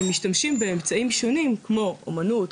הן משתמשות באמצעים שונים כמו אומנות,